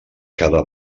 cada